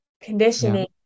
conditioning